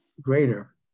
greater